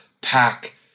pack